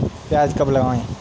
प्याज कब लगाएँ?